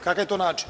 Kakav je to način?